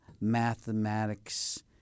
mathematics